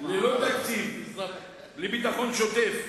ללא תקציב לביטחון שוטף